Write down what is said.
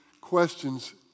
questions